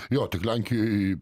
jo tik lenkijoj